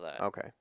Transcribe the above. Okay